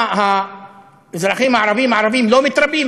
מה, האזרחים הערבים, הערבים לא מתרבים?